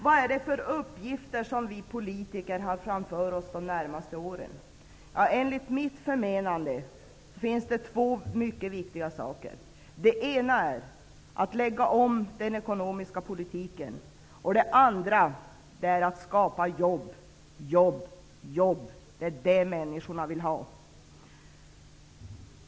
Vilka uppgifter har vi politiker framför oss de närmaste åren? Enligt mitt förmenande finns det två mycket viktiga saker. Den ena är att lägga om den ekonomiska politiken. Den andra är att skapa jobb, jobb, jobb. Det är jobb människorna vill ha.